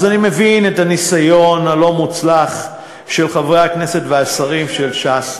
אז אני מבין את הניסיון הלא-מוצלח של חברי הכנסת והשרים של ש"ס,